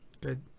good